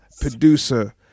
producer